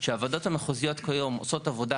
שהוועדות המחוזיות כיום עושות עבודה